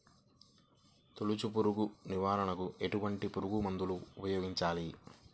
తొలుచు పురుగు నివారణకు ఎటువంటి పురుగుమందులు ఉపయోగించాలి?